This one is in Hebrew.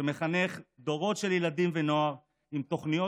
שמחנך דורות של ילדים ונוער עם תוכניות